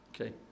okay